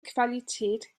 qualität